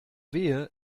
wehe